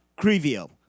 Crivio